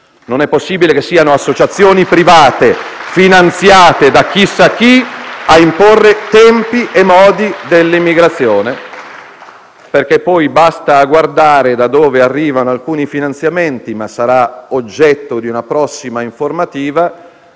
Non è possibile che siano associazioni private finanziate da chissà chi a imporre tempi e modi dell'immigrazione. Basta guardare, infatti, da dove arrivano alcuni finanziamenti, anche se questo tema sarà oggetto di una prossima informativa.